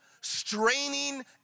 straining